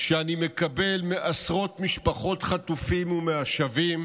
שאני מקבל מעשרות משפחות חטופים ומהשבים